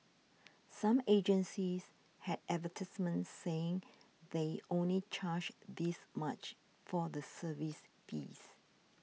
some agencies had advertisements saying they only charge this much for the service fees